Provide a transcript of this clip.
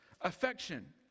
affection